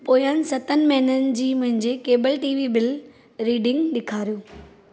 पोयंनि सतनि महिननि जी मुंहिंजे केबल टीवी बिल रीडिंग ॾेखारियो